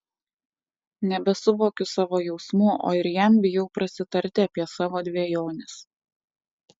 nebesuvokiu savo jausmų o ir jam bijau prasitarti apie savo dvejones